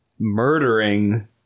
Murdering